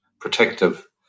protective